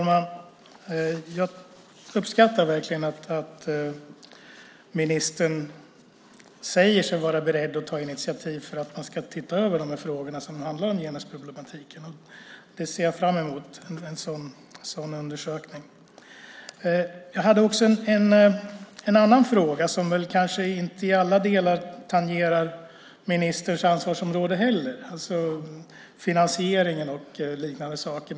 Fru talman! Jag uppskattar att ministern säger sig vara beredd att ta initiativ till att man ska se över frågorna om genusproblematiken. Jag ser fram emot en sådan undersökning. Jag hade också en annan fråga som kanske inte i alla delar tangerar ministerns ansvarsområde heller. Den gällde finansieringen och liknande saker.